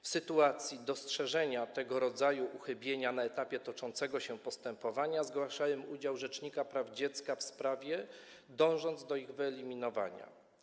W sytuacji dostrzeżenia tego rodzaju uchybień na etapie toczącego się postępowania zgłaszałem udział rzecznika praw dziecka w sprawie, dążąc do ich wyeliminowania.